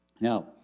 Now